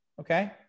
Okay